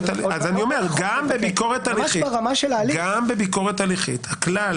אני אומר גם בביקורת הליכית.